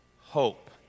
hope